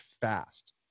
fast